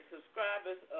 subscribers